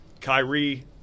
Kyrie